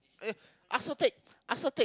eh ask her take ask her take